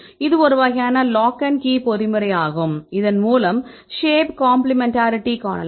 இது ஒரு வகையான லாக் மற்றும் கி பொறிமுறையாகும் இதன் மூலம் ஷேப் காம்ப்ளிமென்ட்டாரிட்டியைக் காணலாம்